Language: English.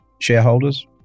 shareholders